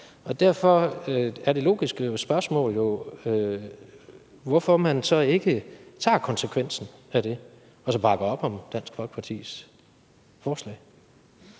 Derfor er det logiske spørgsmål jo, hvorfor man så ikke tager konsekvensen af det og bakker op om Dansk Folkepartis forslag.